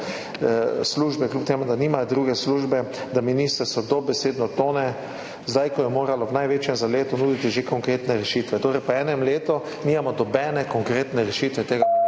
službe, kljub temu da nimajo druge službe, da ministrstvo dobesedno tone zdaj, ko bi moralo v največjem zaletu nuditi že konkretne rešitve. Torej, po enem letu nimamo nobene konkretne rešitve tega ministrstva.